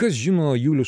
kas žino julius